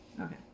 okay